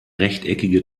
rechteckige